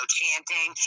chanting